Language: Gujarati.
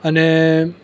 અને